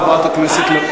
חברת הכנסת לביא.